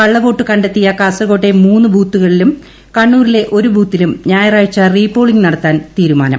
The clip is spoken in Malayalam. കള്ളവോട്ട് കടെ ത്തിയ കാസർകോട്ടെ മൂന്നു ബൂത്തുകളിലും കണ്ണൂരിലെ ഒരു ബൂത്തിലും ഞായാറാഴ്ച റീപോളിംഗ് നടത്താൻ തീരുമാനം